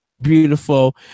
beautiful